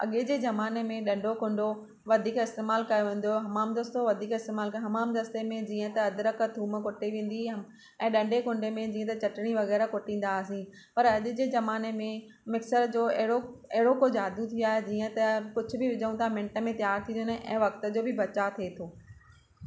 अॻे जे ज़माने में ॾंडो कुंडो वधीक इस्तेमालु कयो वेंदो हुओ हमामदस्तो वधीक इस्तेमालु कर हमामदस्ते में जीअं त अद्रक थूम कुटी वेंदी हुई ऐं ॾंडे कुंडे में जीअं त चटणी वग़ैरह कुटींदाहासीं पर अॼु जे ज़माने में मिक्सर जो अहिड़ो अहिड़ो को जादू थियो आहे जीअं त कुझु बि विझूं था हिक मिंट में तयारु थी थो वञे ऐं वक़्त जो बि बचाव थिए थो